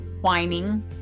whining